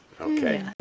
Okay